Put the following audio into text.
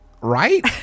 Right